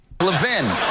Levin